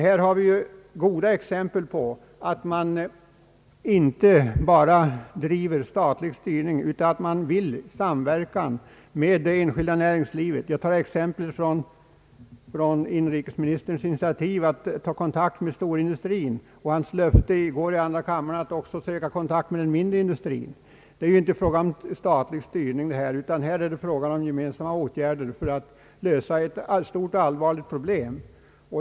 Här har vi ju goda exempel på att det inte är fråga om statlig styrning utan om en samverkan med det enskilda näringslivet, Jag kan såsom exempel nämna inrikesministerns initiativ att ta kontakt med storindustrin och hans löfte i går i andra kammaren att också söka kontakt med den mindre industrin. Det är inte fråga om statlig styrning utan gemensamma åtgärder för att lösa ett stort och allvarligt problem.